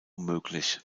möglich